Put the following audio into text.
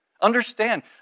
Understand